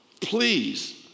please